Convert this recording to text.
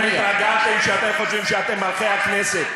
אתם התרגלתם לזה שאתם חושבים שאתם מלכי הכנסת.